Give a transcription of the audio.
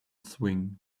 swing